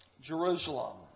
Jerusalem